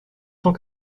cent